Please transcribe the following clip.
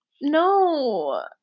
no